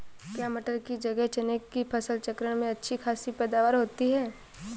क्या मटर की जगह चने की फसल चक्रण में अच्छी खासी पैदावार होती है?